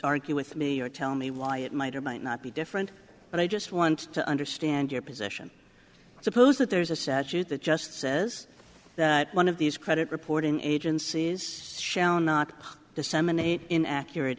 argue with me or tell me why it might or might not be different but i just want to understand your position suppose that there's a statute that just says that one of these credit reporting agencies shall not disseminate in accurate